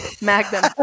Magnum